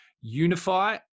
unify